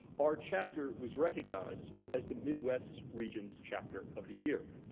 our chapter was recognized as the midwest region's chapter of the year.